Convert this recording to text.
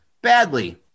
Badly